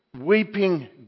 weeping